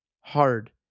hard